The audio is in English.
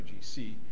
IGC